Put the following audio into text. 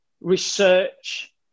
research